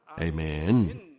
Amen